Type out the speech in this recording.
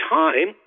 time